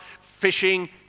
fishing